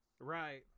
Right